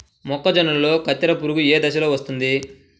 మొక్కజొన్నలో కత్తెర పురుగు ఏ దశలో వస్తుంది?